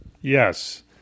Yes